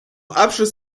abschluss